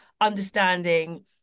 understanding